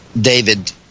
David